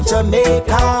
Jamaica